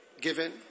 given